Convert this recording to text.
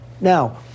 Now